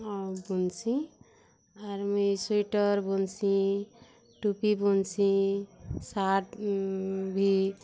ଆଉ ବୁନ୍ଚି ଆର୍ ମୁଇଁ ସୁଇଟର୍ ବୁନ୍ସିଁ ଟୋପି ବୁନ୍ସିଁ ସାର୍ଟ୍ ଭି